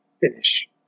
finish